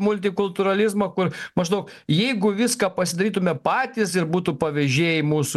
multikultūralizmą kur maždaug jeigu viską pasidarytume patys ir būtų pavėžėjai mūsų